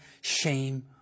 shame